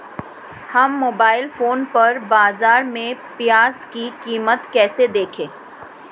हम mobile phone पर बाज़ार में प्याज़ की कीमत कैसे देखें?